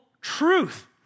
truth